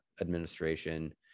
Administration